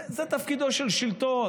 זה תפקידו של שלטון.